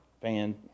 fan